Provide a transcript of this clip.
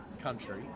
country